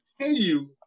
continue